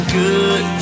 good